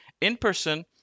In-person